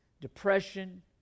depression